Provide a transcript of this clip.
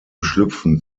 schlüpfen